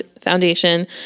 Foundation